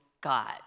God